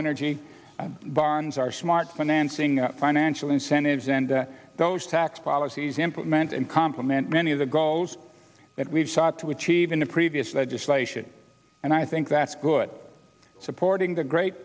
energy bonds are smart financing financial incentives and those tax policies implemented complement many of the goals that we've sought to achieve in the previous legislation and i think that's good supporting the great